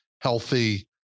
healthy